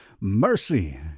Mercy